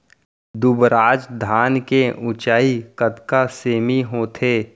दुबराज धान के ऊँचाई कतका सेमी होथे?